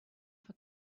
for